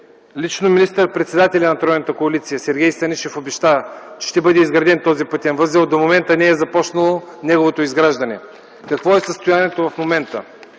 лично министър-председателят на тройната коалиция Сергей Станишев обеща, че ще бъде изграден този пътен възел, до момента не е започнало неговото изграждане. Какво е състоянието в момента?